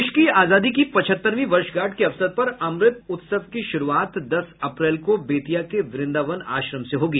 देश की आजादी की पचहत्तरवीं वर्षगाठ के अवसर पर अमृत उत्सव की शुरुआत दस अप्रैल को बेतिया के व्रन्दावन आश्रम से होगी